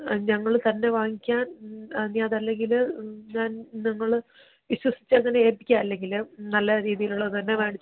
ഞങ്ങൾ തന്നെ വാങ്ങിക്കാന് ഇനി അതല്ലെങ്കിൽ ഞങ്ങൾ വിശ്വസിച്ചു തന്നെ ഏൽപ്പിക്കുകയാണ് അല്ലെങ്കിൽ നല്ല രീതിയിലുള്ളത് തന്നെ മേടിച്ചു